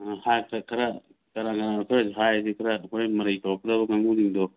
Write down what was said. ꯑ ꯍꯥꯏꯔꯁꯤ ꯈꯔ ꯀꯅꯥ ꯀꯅꯥꯅꯣ ꯈꯔꯗꯤ ꯍꯥꯏꯔꯁꯤ ꯈꯔ ꯍꯣꯔꯦꯟ ꯃꯔꯩ ꯇꯧꯔꯛꯀꯗꯕ ꯀꯥꯡꯕꯨꯁꯤꯡꯗꯣ